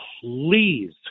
Please